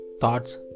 thoughts